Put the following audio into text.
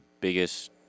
biggest